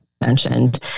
mentioned